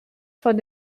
von